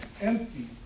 empty